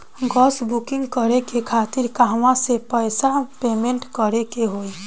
Gas booking करे के खातिर कहवा से पैसा पेमेंट करे के होई?